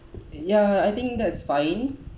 ya I think that's fine